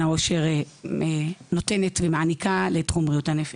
העושר נותנת ומעניקה לתחום בריאות הנפש.